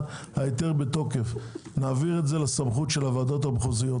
ההיתר בתוקף נעביר את זה לסמכות הוועדות המחוזיות,